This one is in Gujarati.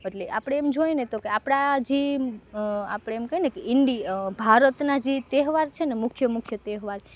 અટલે આપણે એમ જોઈએ ને તો કે આ આપણા જી આપણે એમ કહીને એન્ડી ભારતના જે તહેવાર છે ને કે મુખ્ય મુખ્ય તહેવાર